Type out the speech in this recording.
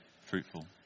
fruitful